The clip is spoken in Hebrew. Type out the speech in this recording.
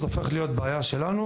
זה הופך להיות בעיה שלנו,